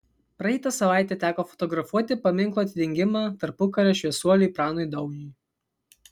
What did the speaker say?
praeitą savaitę teko fotografuoti paminklo atidengimą tarpukario šviesuoliui pranui dauniui